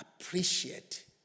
Appreciate